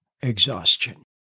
exhaustion